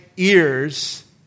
ears